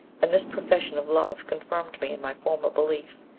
and this profession of love confirmed me in my former belief,